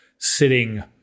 sitting